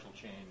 change